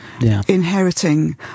inheriting